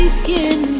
skin